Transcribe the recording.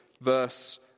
Verse